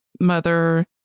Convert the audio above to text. mother